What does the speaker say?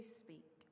speak